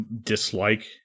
dislike